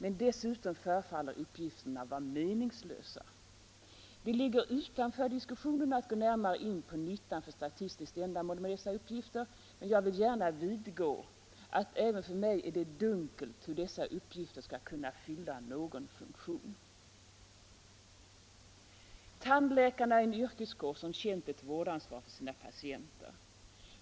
Men dessutom förefaller uppgifterna vara meningslösa. Det ligger utanför diskussionen att gå närmare in på nyttan för statistiskt ändamål med dessa uppgifter. Jag vill gärna vidgå att även för mig är det dunkelt hur dessa uppgifter skall kunna fylla någon funktion. Tandläkarna är en yrkeskår som känt vårdansvar för sina patienter.